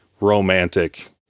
romantic